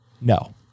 No